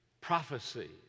prophecy